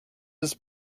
his